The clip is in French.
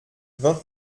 vingt